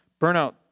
Burnout